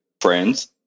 friends